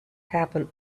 happen